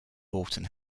horton